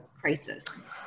crisis